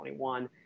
2021